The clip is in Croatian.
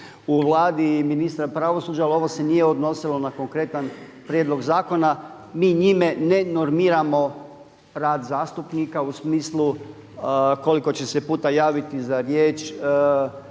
u Vladi i ministar pravosuđa ali ovo se nije odnosilo na konkretan prijedlog zakona. Mi njime ne normiramo rad zastupnika u smislu koliko će se puta javiti za riječ,